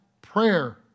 prayer